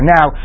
Now